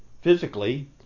physically